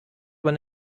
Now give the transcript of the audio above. when